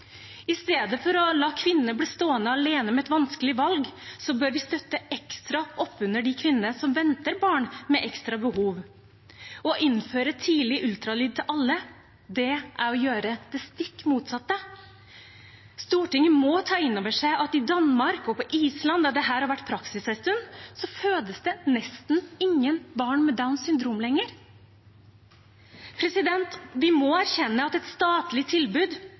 I stedet for å la kvinner bli stående alene med et vanskelig valg bør vi støtte ekstra opp under de kvinnene som venter barn med ekstra behov. Å innføre tidlig ultralyd til alle er å gjøre det stikk motsatte. Stortinget må ta inn over seg at i Danmark og på Island, der dette har vært praksis en stund, fødes det nesten ingen barn med Downs syndrom lenger. Vi må erkjenne at et statlig tilbud